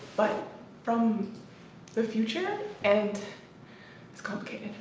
but from the future and it's complicated,